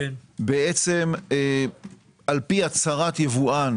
בעצם על פי הצהרת יבואן,